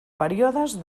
períodes